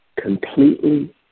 Completely